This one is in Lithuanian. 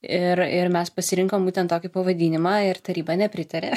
ir ir mes pasirinkom būtent tokį pavadinimą ir taryba nepritarė